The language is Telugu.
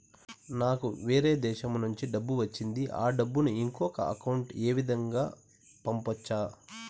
నాకు వేరే దేశము నుంచి డబ్బు వచ్చింది ఆ డబ్బును ఇంకొక అకౌంట్ ఏ విధంగా గ పంపొచ్చా?